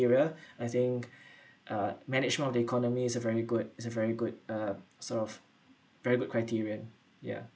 I think uh management of the economy is a very good is a very good uh sort of very good criterion yeah